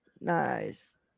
nice